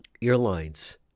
airlines